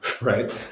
right